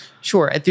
Sure